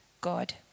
God